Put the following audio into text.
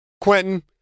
Quentin